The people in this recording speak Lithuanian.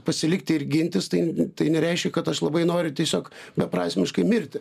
pasilikti ir gintis tai tai nereiškia kad aš labai noriu tiesiog beprasmiškai mirti